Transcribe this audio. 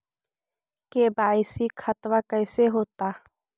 KYC खतबा कैसे होता?